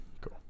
cool